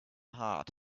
hard